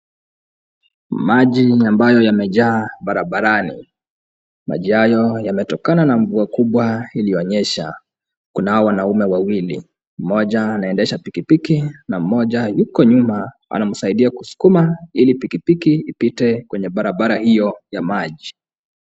Maji ambayo yamejaa barabarani. Maji hayo yametokana na njia kubwa iliyonyesha. Kunao wanaume wawili, mmoja anaendesha pikipiki na mmoja yuko nyuma anamsaidia kusukuma ili pikipiki ipite kwenye barabara hiyo ya maji.